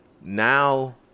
now